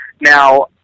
Now